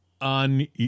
on